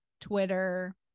twitter